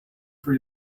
for